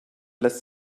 lässt